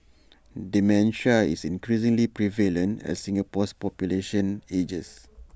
dementia is increasingly prevalent as Singapore's population ages